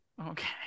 Okay